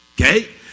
Okay